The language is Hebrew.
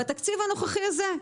בתקציב הנוכחי הזה.